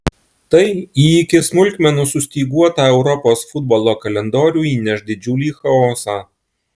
tai į iki smulkmenų sustyguotą europos futbolo kalendorių įneš didžiulį chaosą